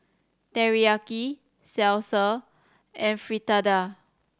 Teriyaki Salsa and Fritada